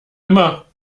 immer